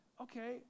okay